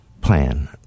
plan